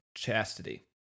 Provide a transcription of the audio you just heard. Chastity